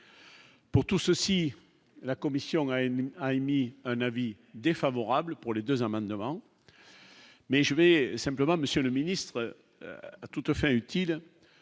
Pour tout ceci, la commission Greiner a émis un avis défavorable pour les 2 amendements. Mais je vais simplement Monsieur le ministre, à toutes fins utiles,